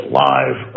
live